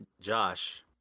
Josh